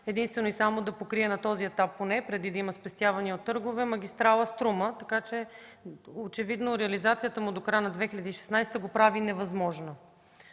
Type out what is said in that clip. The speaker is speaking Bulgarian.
единствено и само да покрие, на този етап поне, преди да има спестявания от търгове, магистрала „Струма”, така че очевидно реализацията му до края на 2016 г. е невъзможна.